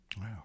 Wow